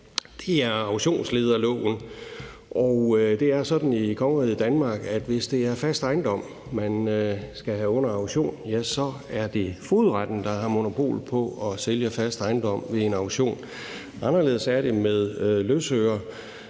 om auktionslederloven, og det er sådan i kongeriget Danmark, at hvis det er fast ejendom, man skal have under auktion, så er det fogedretten, der har monopol på at sælge fast ejendom ved en auktion. Anderledes er det med løsøre.